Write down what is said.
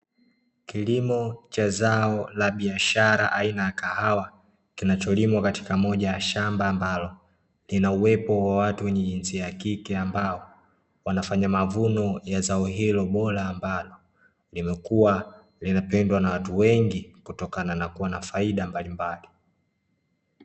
Kilimo cha zao la biashara aina ya kahawa, kinacholimwa katika moja ya shamba ambalo lina uwepo wa watu wenye wajinsia ya kike, ambao wanafanya mavuno ya zao hilo bora, ambalo limekuwa linapendwa na watu wengi kutokana na kuwa na faida mbalimbali.